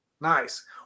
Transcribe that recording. Nice